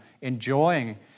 enjoying